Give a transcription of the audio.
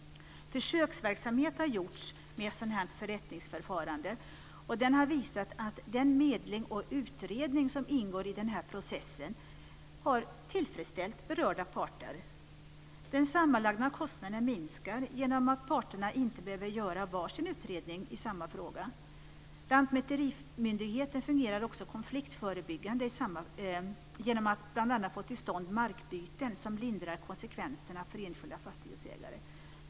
Försöksverksamhet har gjorts med sådant här förrättningsförfarande. Den har visat att den medling och utredning som ingår i processen har tillfredsställt berörda parter. Den sammanlagda kostnaden minskar genom att parterna inte behöver göra var sin utredning i samma fråga. Lantmäterimyndigheten fungerar också konfliktförebyggande genom att bl.a. få till stånd markbyten som lindrar konsekvenserna för enskilda fastighetsägare.